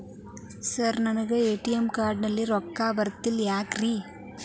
Sir ನನಗೆ ATM card ನಲ್ಲಿ ರೊಕ್ಕ ಬರತಿಲ್ಲ ಯಾಕ್ರೇ?